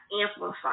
amplify